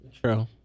True